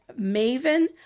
Maven